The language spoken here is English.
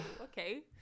Okay